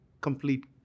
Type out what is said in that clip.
complete